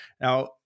Now